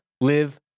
live